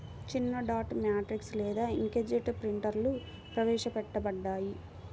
చిన్నడాట్ మ్యాట్రిక్స్ లేదా ఇంక్జెట్ ప్రింటర్లుప్రవేశపెట్టబడ్డాయి